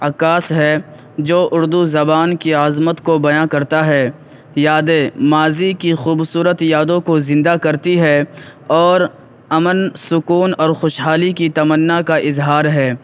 عکاس ہے جو اردو زبان کی عظمت کو بیاں کرتا ہے یادیں ماضی کی خوبصورت یادوں کو زندہ کرتی ہے اور امن سکون اور خوشحالی کی تمنا کا اظہار ہے